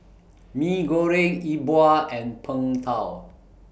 Mee Goreng E Bua and Png Tao